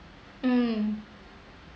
mm